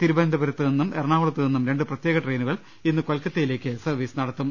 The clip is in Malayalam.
തിരുവനന്തപുരത്ത് നിന്നും എറണാകുളത്തു നിന്നും രണ്ട് പ്രത്യേക ട്രെയിനുകൾ ഇന്ന് കൊൽക്കത്തയിലേക്ക് സർവീസ് നടത്തും